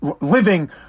living